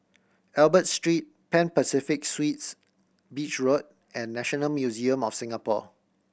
Albert Street Pan Pacific Suites Beach Road and National Museum of Singapore